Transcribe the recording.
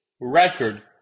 record